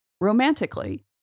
romantically